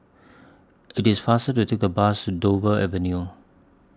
IT IS faster to Take A Bus Dover Avenue